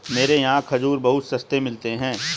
मेरे यहाँ खजूर बहुत सस्ते मिलते हैं